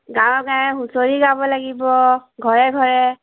গাঁৱে গাঁৱে হুঁচৰি গাব লাগিব ঘৰে ঘৰে